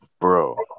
Bro